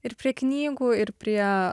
ir prie knygų ir prie